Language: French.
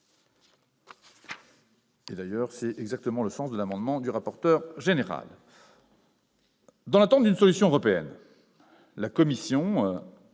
D'ailleurs, tel est exactement le sens de l'amendement de M. le rapporteur général. Dans l'attente d'une solution européenne, la commission